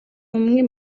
umwe